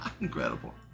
Incredible